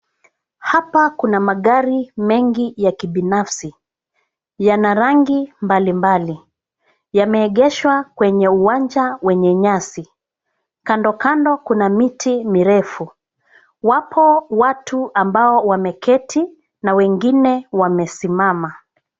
Hapa kuna magari mengi ya kibinafsi, yana rangi mbalimbali. Yameegeshwa kwenye uwanja wenye nyasi. Kando kando kuna miti mirefu. Wapo watu ambao wameketi na wengine wamesimama.